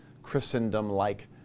Christendom-like